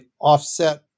offset